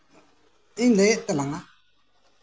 ᱛᱟᱞᱟᱝᱟ